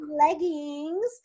leggings